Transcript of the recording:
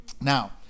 Now